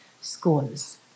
schools